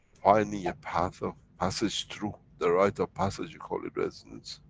finding a path of passage through. the rite of passage you call it resonance.